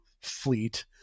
fleet